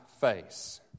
face